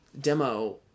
demo